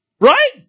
Right